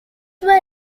were